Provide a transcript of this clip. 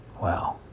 Wow